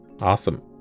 Awesome